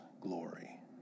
glory